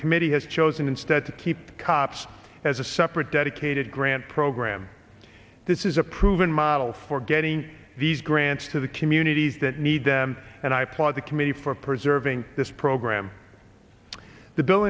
committee has chosen instead to keep cops as a separate dedicated grant program this is a proven model for getting these grants to the communities that need them and i applaud the committee for preserving this program the bill